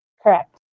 Correct